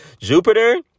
jupiter